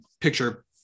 picture